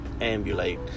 ambulate